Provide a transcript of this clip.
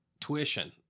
tuition